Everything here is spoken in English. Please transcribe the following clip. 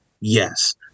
Yes